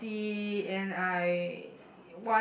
forty and I